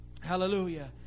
Hallelujah